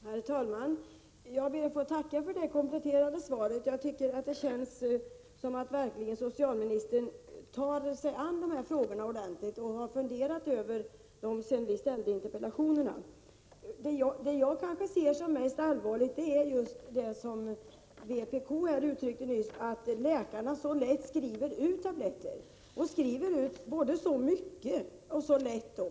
Herr talman! Jag ber att få tacka för det kompletterande svaret. Jag har en känsla av att socialministern verkligen ordentligt har tagit itu med dessa frågor och att hon har funderat över dem efter det att vi framställde våra interpellationer. Vad jag kanske anser vara mest allvarligt är just det som man från vpk:s sida här nyss har uttryckt, nämligen att läkarna så lätt skriver ut tabletter. Dessutom skriver de ut mycket.